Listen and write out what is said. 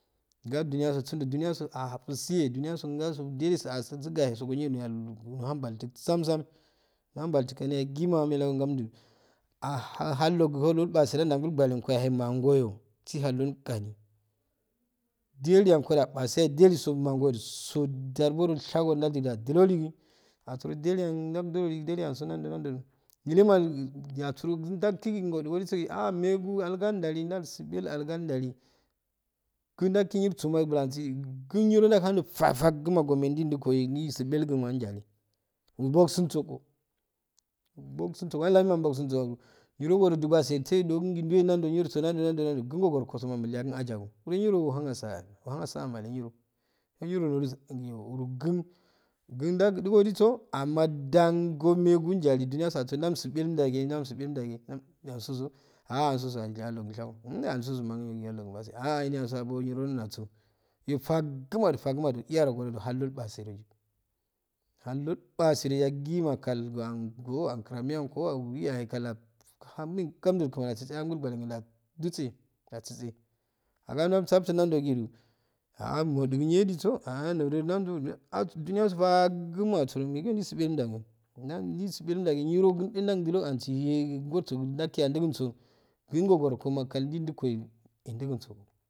Gah duniyaso sundu duniyaso apusuyeh duno yaso ngaso ndinu su asuroso ngo gahedo go gonyo hohal paltu tsam tsam nohalbaitu kaniya yagima anichelaga ngamddu ah hallongodo ilpase ndo nduwangol gwanengo yayol mangigo sihaldo gano diyol ngodal apase diyolson mangoyo diyasoltarboro chago ndadoniyalu diro dig asuro ndiliyan ndaldiniyalu ntiniyalso nado nando nilekalasurogi nda lshigugil ngol wongo dige aha mehegu halgan ndalu ndals halgan udalu kuh ndawgigi nirsoma gi bulansi kun niro indawuhun faye faguma go megu ndindungo hey ndisi bougu mahajiyalu ilbogususo ko ilbogi suso wal lan lan sun so niro golu duban seti doh gi ndiwe nirso nando nando kum gorgoma milyakun ajabu nlo niro ohun sakaleh ohunaa saawadi niro niro gun gun dondigo da so amma dango megunjalu ndumya su asu so ndamsu jum dage ndaksu dum dage ndunyu asuwoso ahh asuwoso hallugu iljago aha asoso manginyyo gi hallogun ilpase aha eniyaso abol niyo ilhunaso iyo faguka fagukado iyarogodo halldo ilpase do yuk halddo ilpase do yagima kal ndangwa ngo kiramiyanko wiyakal ahamen gamddu kmani atsitse angol gwannengun adiso atsite amma ndamsafttun nando gi ahh modigi nyeyo jiso ahh ndo dodo nando noyo ahh duniyaso fagumaasuro migogu mendamo misdogi menda mo nirogi kun eehh ndawdudo ansiyehgu ndatteh yadnguniso kuh ngongora ndidu kwali edugumsso.